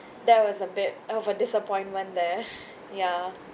that was a bit of a disappointment there ya